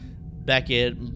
Beckett